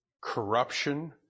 corruption